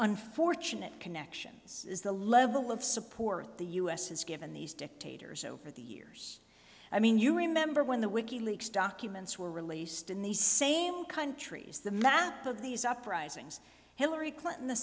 unfortunate connections is the level of support the u s has given these dictators over the years i mean you remember when the wiki leaks documents were released in the same countries the math of these uprisings hillary clinton the